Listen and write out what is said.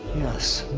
yes.